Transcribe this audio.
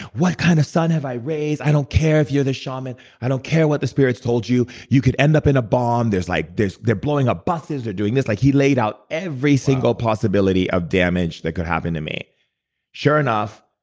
what kind of son have i raised? i don't care if you're the shaman. i don't care what the spirits told you. you could end up in a bomb like they're blowing up buses. they're doing this. like he laid out every single possibility of damage that could happen to me sure enough,